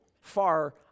far